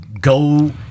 go